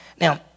Now